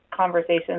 conversations